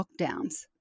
lockdowns